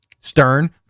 Stern